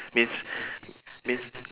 means means